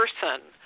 person